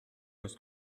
was